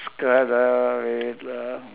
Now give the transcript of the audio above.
next card ah wait lah